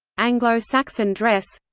anglo-saxon dress